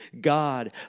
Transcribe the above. God